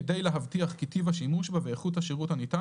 כדי להבטיח כי טיב השימוש בה ואיכות השירות הניתן